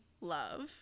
love